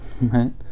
Right